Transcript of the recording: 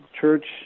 church